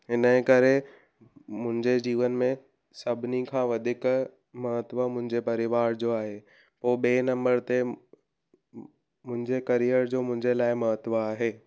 हिन जे करे मुंहिंजे जीवन में सभिनी खां वधीक महत्व मुंहिंजे परिवार जो आहे पोइ ॿिए नंबर ते मुंहिंजे करियर जो मुंहिंजे लाइ महत्व आहे